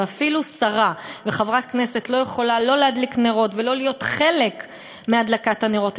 ואפילו שרה וחברת כנסת לא יכולה להדליק נרות ולהיות חלק מהדלקת הנרות,